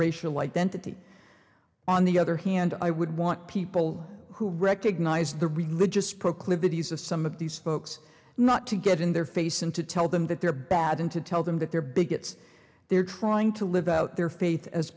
racial identity on the other hand i would want people who recognize the religious proclivities of some of these folks not to get in their face and to tell them that they're bad and to tell them that they're bigots they're trying to live out their faith as